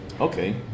okay